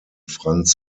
franz